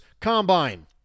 combine